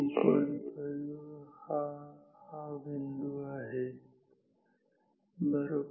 5 हा हा बिंदू आहे बरोबर